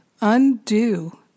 undo